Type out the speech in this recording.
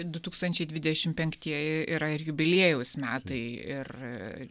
du tūkstančiai dvidešimt penktieji yra jubiliejaus metai ir